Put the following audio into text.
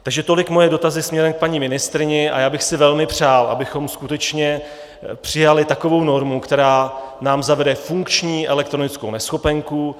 Takže tolik moje dotazy směrem k paní ministryni a já bych si velmi přál, abychom skutečně přijali takovou normu, která nám zavede funkční elektronickou neschopenku.